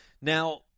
Now